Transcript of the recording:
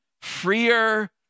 freer